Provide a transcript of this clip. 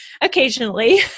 occasionally